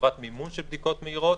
חובת מימון של בדיקות מהירות,